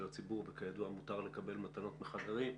הציבור וכידוע מותר לקבל מתנות מחברים.